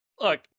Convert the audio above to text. Look